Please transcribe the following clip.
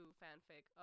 fanfic